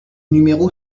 numéro